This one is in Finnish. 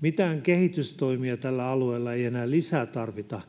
Mitään kehitystoimia tällä alueella ei enää lisää tarvita.